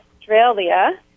Australia